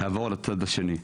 תעבור לצד השני.